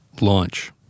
launch